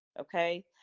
okay